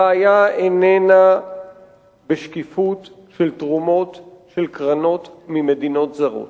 הבעיה איננה בשקיפות של תרומות של קרנות ממדינות זרות.